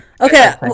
okay